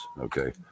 Okay